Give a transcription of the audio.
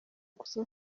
gusa